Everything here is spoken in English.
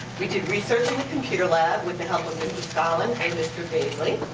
we did research in the computer lab with the help of mrs. collins and mr. baisley.